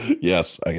Yes